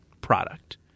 product